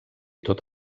tot